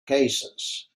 cases